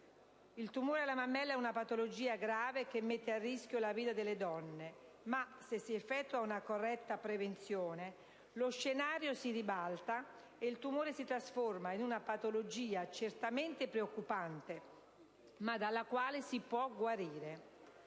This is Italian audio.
Il tumore alla mammella è una patologia grave che mette a rischio la vita delle donne, ma se si effettua una corretta prevenzione, lo scenario si ribalta ed il tumore si trasforma in una patologia certamente preoccupante, ma dalla quale si può guarire.